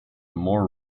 more